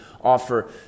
offer